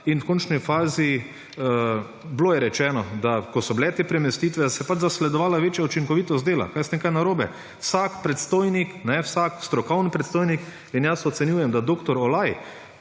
in v končni fazi bilo je rečeno, ko so bile te premestitve, se je pač zasledovala večja učinkovitost dela. Jaz ne vem, kaj je narobe. Vsak predstojnik, vsak strokovni predstojnik ‒ in jaz ocenjujem, da dr. Olaj,